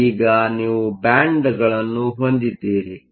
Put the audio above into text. ಆದ್ದರಿಂದ ಈಗ ನೀವು ಬ್ಯಾಂಡ್ಗಳನ್ನು ಹೊಂದಿದ್ದೀರಿ